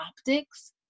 optics